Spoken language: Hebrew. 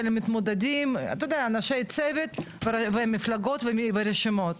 המתמודדים אתה יודע אנשי צוות ומפלגות ורשימות,